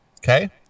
Okay